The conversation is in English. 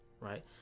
right